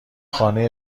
خانه